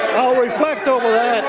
i'll reflect over